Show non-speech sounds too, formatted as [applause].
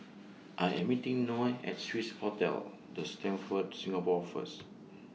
[noise] I Am meeting Noe At Swissotel The Stamford Singapore First